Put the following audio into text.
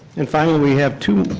and finally, we have